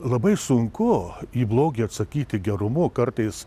labai sunku į blogį atsakyti gerumu kartais